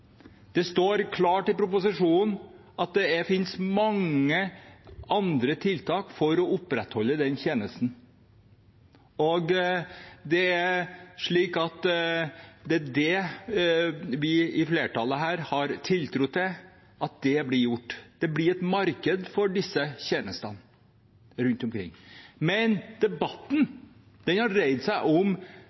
Det står klart i proposisjonen at det finnes mange andre tiltak for å opprettholde den tjenesten. Det er det vi i flertallet har tiltro til blir gjort. Det blir et marked for disse tjenestene rundt omkring. Men debatten har først dreid seg om